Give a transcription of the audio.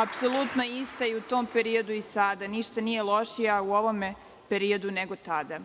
apsolutno ista i u tom periodu i sada. Ništa nije lošije u ovom periodu nego tada.